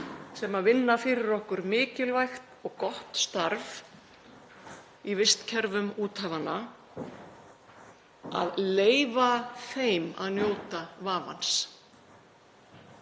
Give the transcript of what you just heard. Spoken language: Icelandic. sem vinna fyrir okkur mikilvægt og gott starf í vistkerfum úthafanna, að leyfa þeim að njóta vafans?